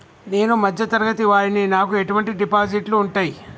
నేను మధ్య తరగతి వాడిని నాకు ఎటువంటి డిపాజిట్లు ఉంటయ్?